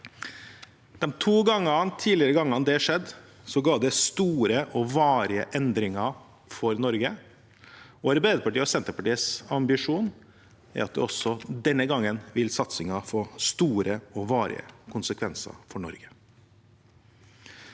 gangene det skjedde, ga det store og varige endringer for Norge. Arbeiderpartiet og Senterpartiets ambisjon er at også denne gangen vil satsingen få store og varige konsekvenser for Norge.